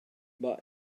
mae